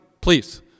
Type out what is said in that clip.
Please